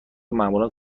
معمولا